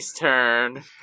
turn